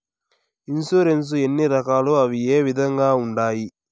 insurance ఎన్ని రకాలు అవి ఏ విధంగా ఉండాయి